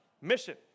mission